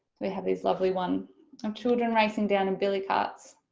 we have this lovely one of children racing down in billy carts